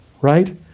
Right